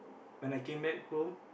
when I came back home